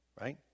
right